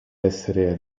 essere